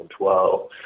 2012